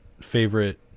favorite